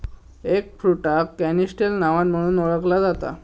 एगफ्रुटाक canistel नावान म्हणुन ओळखला जाता